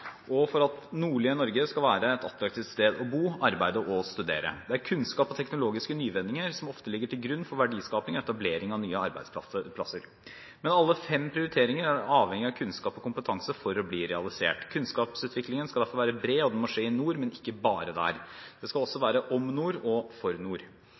og for at nordlige Norge skal være et attraktivt sted å bo, arbeide og studere. Det er kunnskap og teknologiske nyvinninger som ofte ligger til grunn for verdiskaping og etablering av nye arbeidsplasser. Men alle fem prioriteringer er avhengig av kunnskap og kompetanse for å bli realisert. Kunnskapsutviklingen skal derfor være bred, og den må skje i nord, men ikke bare der. Det skal også